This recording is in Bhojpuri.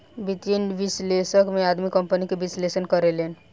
वित्तीय विश्लेषक में आदमी कंपनी के विश्लेषण करेले